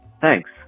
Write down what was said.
Thanks